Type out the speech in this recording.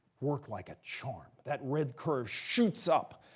worked like a charm. that red curve shoots up.